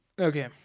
okay